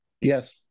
Yes